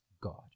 God